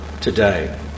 today